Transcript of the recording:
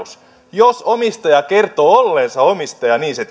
jos omistaja kertoo olleensa omistaja niin se